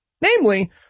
Namely